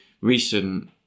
recent